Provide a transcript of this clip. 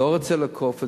לא רוצה לעקוף אותה,